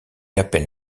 appelle